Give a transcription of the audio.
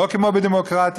לא כמו בדמוקרטיה,